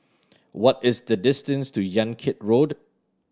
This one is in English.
what is the distance to Yan Kit Road